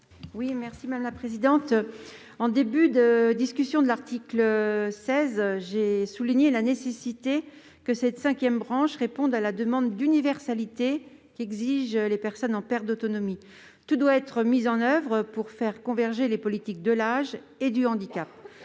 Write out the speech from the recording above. l'amendement n° 724 rectifié. Au début de l'examen de l'article 16, j'ai souligné la nécessité que cette cinquième branche réponde à la demande d'universalité qu'exigent les personnes en perte d'autonomie. Tout doit être mis en oeuvre pour faire converger les politiques de l'âge et du handicap.